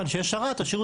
אתה מדבר